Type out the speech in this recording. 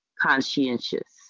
conscientious